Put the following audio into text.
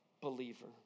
believer